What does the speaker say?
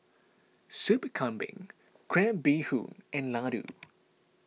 Sup Kambing Crab Bee Hoon and Laddu